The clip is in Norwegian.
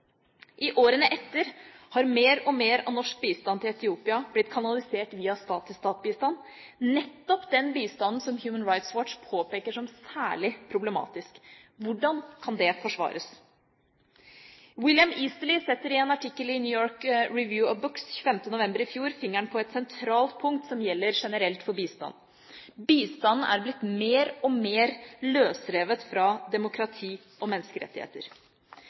I årene etter har mer og mer av norsk bistand til Etiopia blitt kanalisert via stat-til-stat-bistand, nettopp den bistanden som Human Rights Watch påpeker som særlig problematisk. Hvordan kan det forsvares? William Easterly setter i en artikkel i New York Review of Books 25. november i fjor fingeren på et sentralt punkt som gjelder generelt for bistand: Bistanden er blitt mer og mer løsrevet fra demokrati og menneskerettigheter.